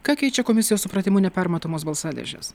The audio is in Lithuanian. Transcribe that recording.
ką keičia komisijos supratimu ne permatomos balsadėžės